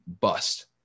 bust